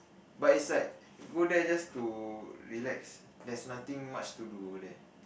but is like go there just to relax there's nothing much to do there